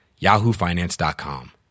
yahoofinance.com